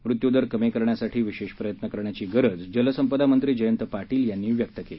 मृत्यूदर कमी करण्यासाठी विशेष प्रयत्न करण्याधी गरज जलसंपदा मंत्री जयंत पाटील यांनी व्यक्त केली